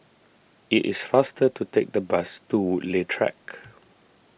it is faster to take the bus to Woodleigh Track